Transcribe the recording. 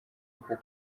uku